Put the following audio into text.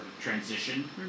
transition